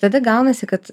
tada gaunasi kad